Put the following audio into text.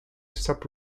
sub